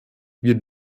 wir